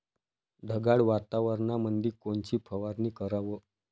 ढगाळ वातावरणामंदी कोनची फवारनी कराव?